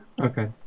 Okay